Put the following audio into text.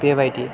बेबायदि